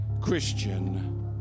Christian